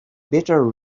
better